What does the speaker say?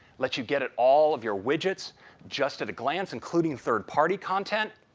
let you get it all of your widgets just at a glance including third party content.